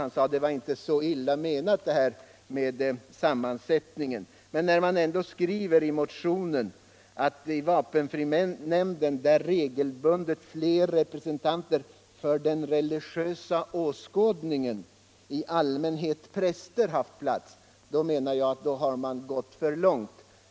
Vad han hade sagt om sammansättningen av vapenfrinämnden var inte så illa menat, påstod han. Men när man skriver i motionen att ”vapenfrinämnden, där regelbundet flera representanter för den religiösa åskådningen, i allmänhet präster, haft plats” menar jag att man har gått för långt.